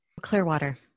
Clearwater